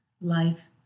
life